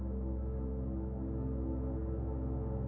or